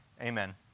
Amen